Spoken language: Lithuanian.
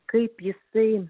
kaip jisai